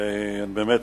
ובאמת,